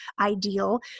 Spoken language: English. ideal